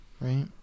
right